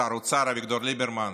שר האוצר אביגדור ליברמן,